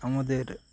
আমাদের